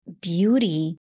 beauty